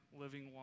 living